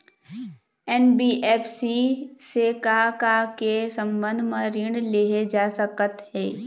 NBFC से का का के संबंध म ऋण लेहे जा सकत हे?